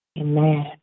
Amen